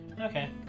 Okay